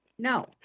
No